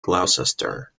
gloucester